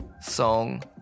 song